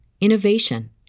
innovation